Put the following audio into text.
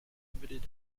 limited